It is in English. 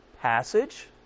passage